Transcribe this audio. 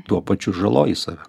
tuo pačiu žaloji save